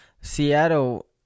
Seattle